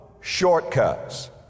shortcuts